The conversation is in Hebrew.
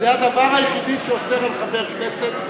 זה הדבר היחידי שעושה חבר כנסת.